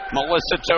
Melissa